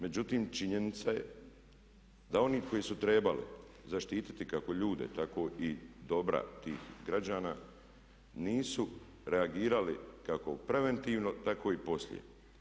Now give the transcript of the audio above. Međutim činjenica da oni koji su trebali zaštiti kako ljude, tako i dobra i građana nisu reagirali kako preventivno tako i poslije.